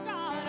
God